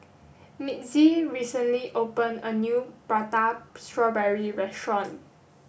Mitzi recently opened a new prata strawberry restaurant